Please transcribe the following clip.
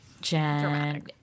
Jen